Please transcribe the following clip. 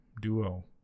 duo